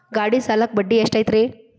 ಗಾಡಿ ಸಾಲಕ್ಕ ಬಡ್ಡಿ ಎಷ್ಟೈತ್ರಿ?